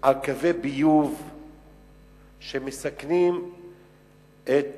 על קווי ביוב שמסכנים את